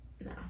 No